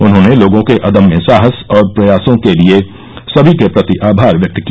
उन्होंने लोगों के अदम्य साहस और प्रयासों के लिए सभी के प्रति आभार व्यक्त किया